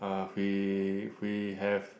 uh we we have